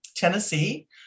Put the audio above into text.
Tennessee